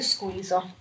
Squeezer